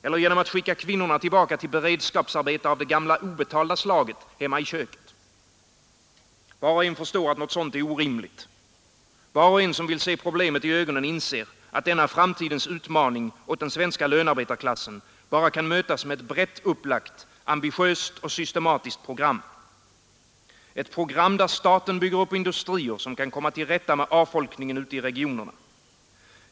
Eller genom att skicka kvinnorna tillbaka till beredskapsarbete av det gamla obetalda slaget hemma i köket? Var och en förstår att något sådant är orimligt. Var och en som närmare vill skärskåda problemet inser att denna framtidens utmaning av den svenska lönarbetarklassen bara kan mötas med ett brett upplagt, ambitiöst, systematiskt program: Ett program där staten bygger upp industrier som kan komma till rätta med avfolkningen ute i regionerna.